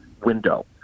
window